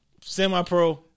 Semi-pro